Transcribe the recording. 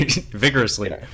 vigorously